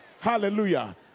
Hallelujah